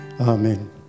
Amen